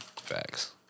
Facts